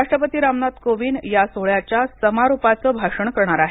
राष्ट्रपती रामनाथ कोविंद या सोहळ्याच्या समारोपाचं भाषण करणार आहेत